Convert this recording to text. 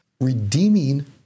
redeeming